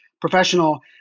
professional